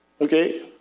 Okay